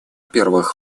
первых